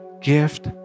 gift